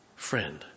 Friend